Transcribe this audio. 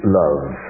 love